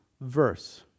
verse